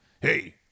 Hey